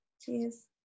Cheers